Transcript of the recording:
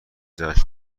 جشن